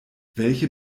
welche